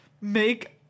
make